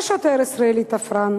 והשוטר הישראלי תפרן.